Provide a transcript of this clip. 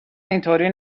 اینطوری